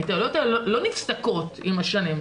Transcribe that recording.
ההתעללויות האלה לא נפסקות עם השנים.